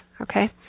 okay